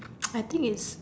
I think is